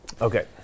Okay